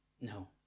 No